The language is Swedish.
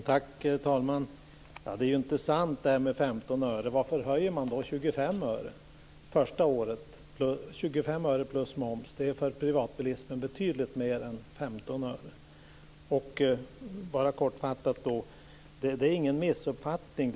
Herr talman! Det här med 15 öre är inte sant. Varför höjer man 25 öre plus moms första året? Det betyder för privatbilisten betydligt mer än 15 öre. Bara kortfattat: Det är ingen missuppfattning.